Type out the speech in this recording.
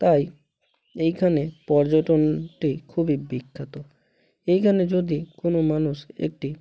তাই এইখানে পর্যটনটি খুবই বিখ্যাত এইখানে যদি কোনো মানুষ একটি